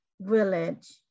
village